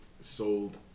sold